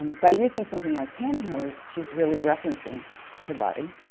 by using something like pantyhose, she's really referencing her body,